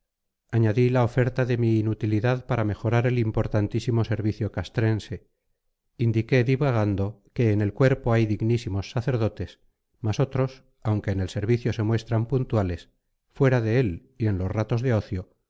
añadí la oferta de mi inutilidad para mejorar el importantísimo servicio castrense indiqué divagando que en el cuerpo hay dignísimos sacerdotes mas otros aunque en el servicio se muestran puntuales fuera de él y en los ratos de ocio